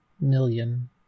million